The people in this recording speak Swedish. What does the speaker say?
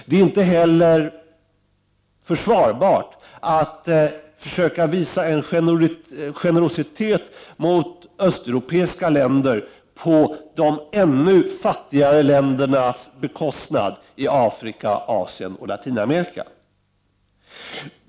Det är inte heller försvarbart att försöka visa en generositet mot östeuropeiska länder på bekostnad av ännu fattigare länder i Afrika, Asien och Latinamerika.